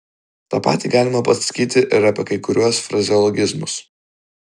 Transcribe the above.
tą patį galima pasakyti ir apie kai kuriuos frazeologizmus